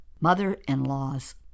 Mother-in-laws